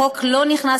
החוק לא נכנס